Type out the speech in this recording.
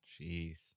Jeez